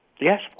Yes